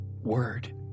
word